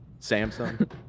Samsung